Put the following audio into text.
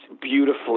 beautifully